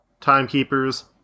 Timekeepers